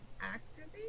activate